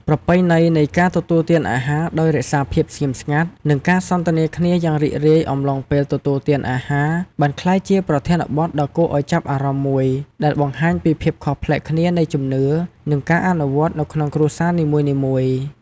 ប្រពៃណីនៃការទទួលទានអាហារដោយរក្សាភាពស្ងៀមស្ងាត់ និងការសន្ទនាគ្នាយ៉ាងរីករាយអំឡុងពេលទទួលទានអាហារ បានក្លាយជាប្រធានបទដ៏គួរឱ្យចាប់អារម្មណ៍មួយ ដែលបង្ហាញពីភាពខុសប្លែកគ្នានៃជំនឿ និងការអនុវត្តនៅក្នុងគ្រួសារនីមួយៗ។